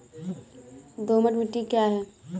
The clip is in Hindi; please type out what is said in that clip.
दोमट मिट्टी क्या है?